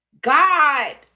god